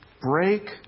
break